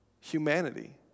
humanity